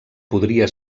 podria